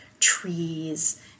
trees